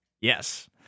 Yes